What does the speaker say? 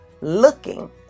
looking